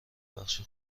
بخش